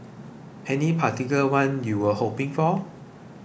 any particular one you were hoping for